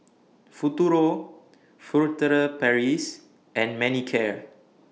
Futuro Furtere Paris and Manicare